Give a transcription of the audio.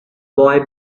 boy